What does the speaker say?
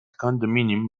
condominium